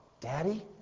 Daddy